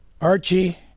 Archie